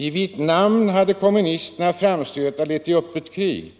I Vietnam har kommunisternas framstötar lett till öppet krig